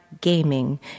gaming